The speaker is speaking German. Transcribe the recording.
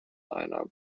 einer